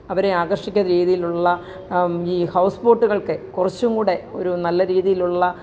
അവരെ ആകര്ഷിക്കുന്ന രീതിയിലുള്ള ഈ ഹൗസ് ബോട്ടുകള്ക്ക് കുറച്ചുംകൂടി ഒരു നല്ലരീതിലുള്ള